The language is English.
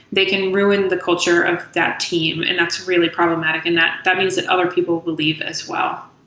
they can ruin the culture of that team, and that's really problematic and that that means that other people will leave as well.